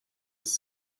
his